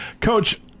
Coach